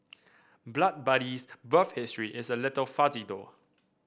Blood Buddy's birth history is a little fuzzy though